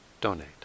donate